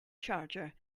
charger